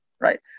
right